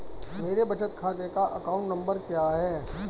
मेरे बचत खाते का अकाउंट नंबर क्या है?